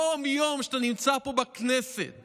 יום-יום אתה נמצא פה בכנסת